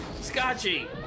Scotchy